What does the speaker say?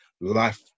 life